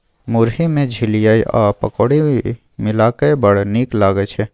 मुरही मे झिलिया आ पकौड़ी मिलाकए बड़ नीक लागय छै